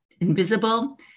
invisible